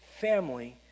family